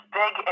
big